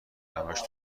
همش